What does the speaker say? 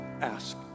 ask